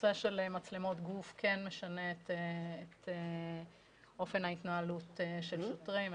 הנושא של מצלמות גוף כן משנה את אופן ההתנהלות של שוטרים,